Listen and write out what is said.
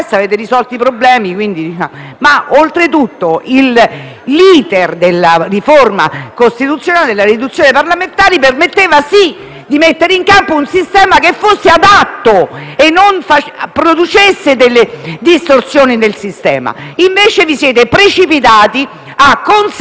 di mettere in campo un sistema che fosse adatto e non producesse distorsioni nel sistema. Invece vi siete precipitati a consacrare il Rosatellum, quando sapete perfettamente - perché tutte le leggi elettorali sono state osservate dalla Corte costituzionale - che sarà osservato